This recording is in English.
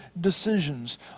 decisions